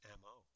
mo